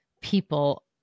people